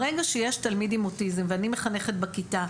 ברגע שיש תלמיד עם אוטיזם ואני מחנכת בכיתה,